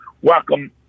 Welcome